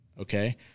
okay